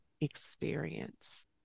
experience